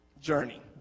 Journey